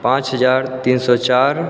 पाँच हजार तीन सए चारि